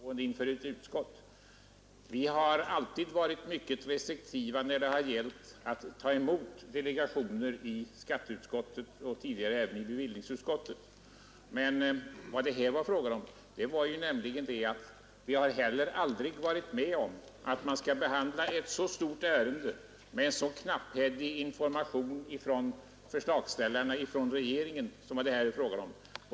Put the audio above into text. Herr talman! Tillåt mig bara erinra herr Brandt om att det här är fråga om någonting helt annat än vad vi brukar tala om när det gäller att släppa in utomstående inför ett utskott. Vi har alltid varit mycket restriktiva när det har gällt att ta emot delegationer i skatteutskottet — och tidigare även i beviljningsutskottet. Men vi har aldrig varit med om att man skall behandla ett så stort ärende med så knapphändig information från förslagsställaren, från regeringen, som det här var fråga om.